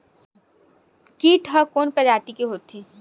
कीट ह कोन प्रजाति के होथे?